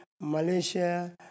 Malaysia